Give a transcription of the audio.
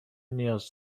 نیاز